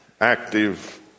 active